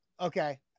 Okay